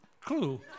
clue